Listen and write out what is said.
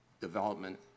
development